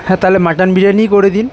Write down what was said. হ্যাঁ তাহলে মটন বিরিয়ানিই করে দিন